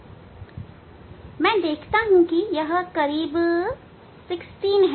मैं देखता हूं कि यह करीब 16 है